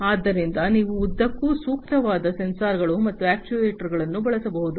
ಆದ್ದರಿಂದ ನೀವು ಉದ್ದಕ್ಕೂ ಸೂಕ್ತವಾದ ಸೆನ್ಸಾರ್ಗಳು ಮತ್ತು ಅಕ್ಚುಯೆಟರ್ಸ್ಗಳನ್ನು ಬಳಸಬಹುದು